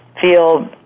feel